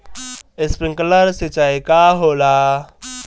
Sprinkler सिंचाई का होला?